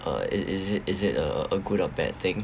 uh is is it is it a a good or bad thing